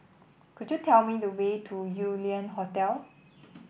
could you tell me the way to Yew Lian Hotel